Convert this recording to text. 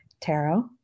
tarot